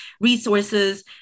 resources